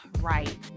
right